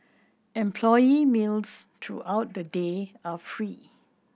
employee meals throughout the day are free